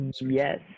yes